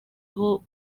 aho